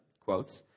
quotes